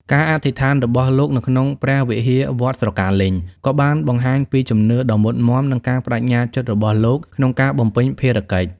ការអធិដ្ឋានរបស់លោកនៅក្នុងព្រះវិហារវត្តស្រកាលេញ ក៏បានបង្ហាញពីជំនឿដ៏មុតមាំនិងការប្តេជ្ញាចិត្តរបស់លោកក្នុងការបំពេញភារកិច្ច។